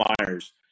Myers